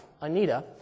Anita